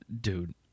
Dude